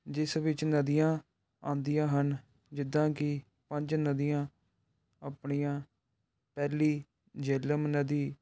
ਜਿਸ ਵਿੱਚ ਨਦੀਆਂ ਆਉਂਦੀਆਂ ਹਨ ਜਿੱਦਾਂ ਕਿ ਪੰਜ ਨਦੀਆਂ ਆਪਣੀਆਂ ਪਹਿਲੀ ਜਿਹਲਮ ਨਦੀ